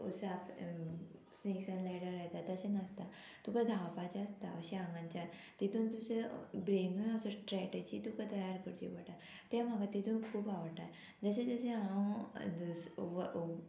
six आनी ladder येता तशें नासता तुका धांवपाचें आसता अशें आंगांच्या तितून तुजे ब्रेनूय असो स्ट्रेटजी तुका तयार करची पडटा तें म्हाका तितून खूब आवडटा जशें जशें हांव